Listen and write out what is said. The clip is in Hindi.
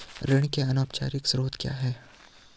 ऋण के अनौपचारिक स्रोत क्या हैं?